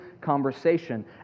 conversation